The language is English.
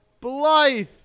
Blythe